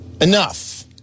Enough